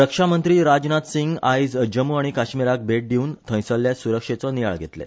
रक्षा मंत्री राजनाथ सिंग आयज जम्मू आनी काश्मीराक भेट दिवंन थंयसरल्या सुरक्षेचो नियाळ घेतले